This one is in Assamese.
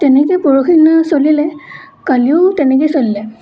তেনেকৈ পৰহি দিনা চলিলে কালিও তেনেকৈয়ে চলিলে